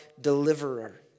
deliverer